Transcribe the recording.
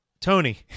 Tony